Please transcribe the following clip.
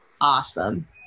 Awesome